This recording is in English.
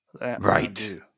Right